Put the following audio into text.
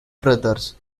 brothers